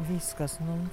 viskas nu